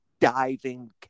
diving